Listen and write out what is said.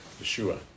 Yeshua